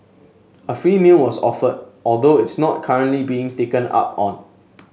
a free meal was offered although it's not currently being taken up on